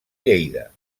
lleida